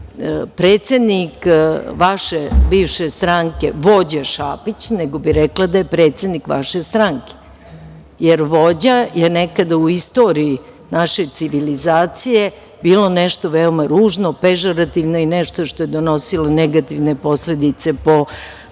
predsednik vaše bivše stranke vođa Šapić, nego bih rekla da je predsednik vaše stranke, jer vođa je nekada u istoriji naše civilizacije bilo nešto veoma ružno, pežorativno i nešto što je donosilo negativne posledice po